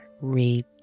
read